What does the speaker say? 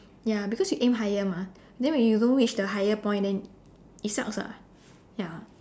ya because you aim higher mah and then when you don't reach the higher point then it sucks lah ya